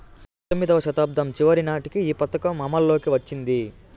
పంతొమ్మిదివ శతాబ్దం చివరి నాటికి ఈ పథకం అమల్లోకి వచ్చింది